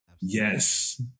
yes